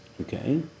okay